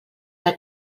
que